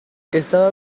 estaba